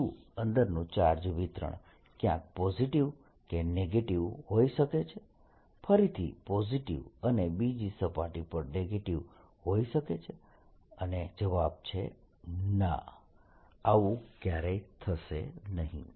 શું અંદરનું ચાર્જ વિતરણ ક્યાંક પોઝિટીવ કે નેગેટીવ હોઈ શકે છે ફરીથી પોઝિટીવ અને બીજી સપાટી પર નેગેટીવ હોઈ શકે છે અને જવાબ છે "ના" આવું ક્યારેય થશે નહીં